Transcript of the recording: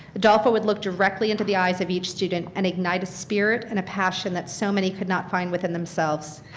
adolfo would look directly into the eyes of each student and ignite a spirit and a passion that so many could not find within themselves.